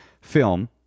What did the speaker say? film